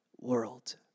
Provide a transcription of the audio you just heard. world